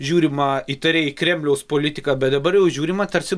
žiūrima įtariai į kremliaus politiką bet dabar jau žiūrima tarsi